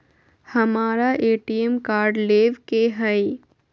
हमारा ATM card लेव के हई